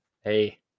Hey